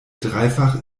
dreifach